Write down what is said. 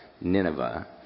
Nineveh